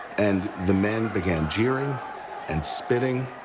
and the men began jeering and spitting.